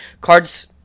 Cards